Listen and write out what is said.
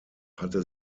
hatte